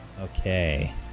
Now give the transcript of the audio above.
Okay